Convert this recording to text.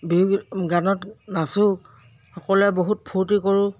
বিহুগীত গানত নাচো সকলোৱে বহুত ফূৰ্তি কৰোঁ